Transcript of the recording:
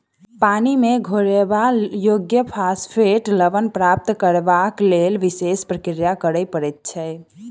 पानि मे घोरयबा योग्य फास्फेट लवण प्राप्त करबाक लेल विशेष प्रक्रिया करय पड़ैत छै